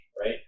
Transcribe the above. right